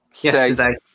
yesterday